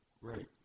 Right